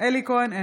אלי כהן,